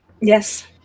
Yes